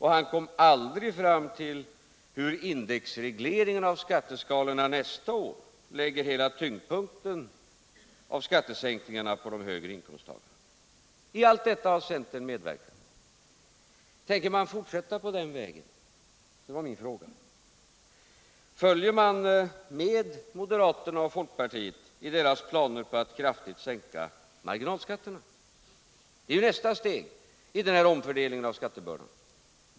Han kom aldrig fram till hur indexregleringen av skatteskalorna nästa år lägger hela tyngdpunkten av skattesänkningarna på de högre inkomsttagarna. Allt detta har centern medverkat till. Tänker man fortsätta på den vägen? Det var min fråga. Följer man med moderaterna och folkpartiet i deras planer på att kraftigt sänka marginalskatterna? Det är nämligen nästa steg i den här omfördelningen av skattebördorna.